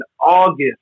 August